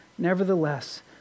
Nevertheless